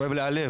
כואב לי הלב,